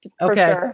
okay